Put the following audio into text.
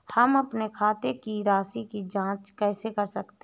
हम अपने खाते की राशि की जाँच कैसे कर सकते हैं?